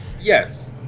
Yes